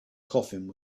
coffin